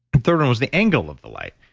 the third one was the angle of the light,